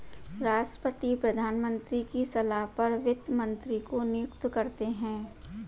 राष्ट्रपति प्रधानमंत्री की सलाह पर वित्त मंत्री को नियुक्त करते है